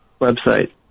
website